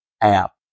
app